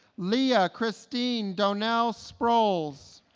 leigha christine donelle sproles